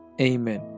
Amen